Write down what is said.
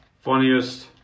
funniest